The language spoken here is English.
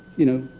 you know,